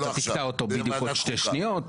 אבל את תקטע אותו בדיוק עוד שתי שניות.